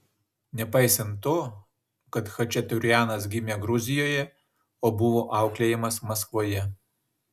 nepaisant to kad chačaturianas gimė gruzijoje o buvo auklėjamas maskvoje